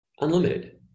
Unlimited